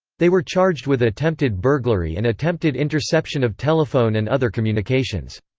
they were charged with attempted burglary and attempted interception of telephone and other communications.